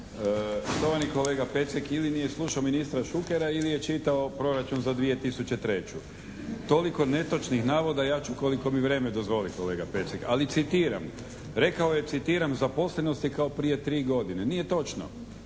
Štovani kolega Pecek ili nije slušao ministra Šukera ili je čitao proračun za 2003. Toliko netočnih navoda, ja ću koliko mi vrijeme dozvoli kolega Pecek, ali citiram, rekao je citiram: "Zaposlenost je kao prije tri godine." Nije točno.